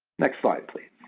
next slide please.